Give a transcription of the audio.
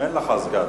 אין לך סגן,